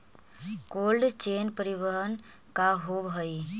Cold chain परिवहन का होव हइ?